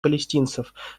палестинцев